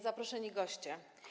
Zaproszeni Goście!